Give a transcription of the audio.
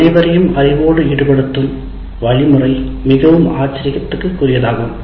அனைவரையும் அறிவோடு ஈடுபடுத்தும் வழிமுறை மிகவும் ஆச்சரியத்திற்குரியதாகும்